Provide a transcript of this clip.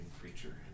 creature